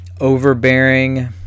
overbearing